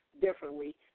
differently